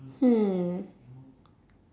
hmm